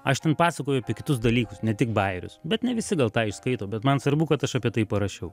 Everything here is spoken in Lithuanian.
aš ten pasakoju apie kitus dalykus ne tik bajerius bet ne visi gal tą įskaito bet man svarbu kad aš apie tai parašiau